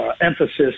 emphasis